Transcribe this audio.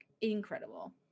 incredible